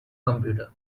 computer